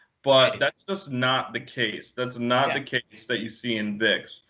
but that's just not the case. that's not the case that you see in vix.